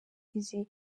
izi